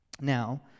Now